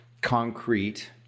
concrete